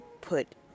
put